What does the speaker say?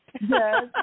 Yes